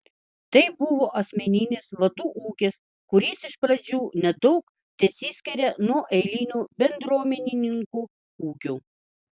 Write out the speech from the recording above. tai buvo asmeninis vadų ūkis kuris iš pradžių nedaug tesiskyrė nuo eilinių bendruomenininkų ūkių